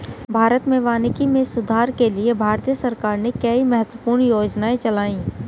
भारत में वानिकी में सुधार के लिए भारतीय सरकार ने कई महत्वपूर्ण योजनाएं चलाई